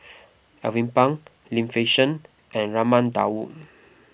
Alvin Pang Lim Fei Shen and Raman Daud